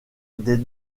des